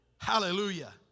Hallelujah